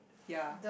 ya